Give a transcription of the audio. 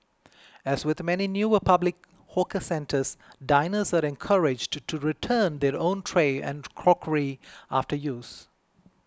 as with many newer public hawker centres diners are encouraged to return their own tray and crockery after use